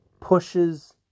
pushes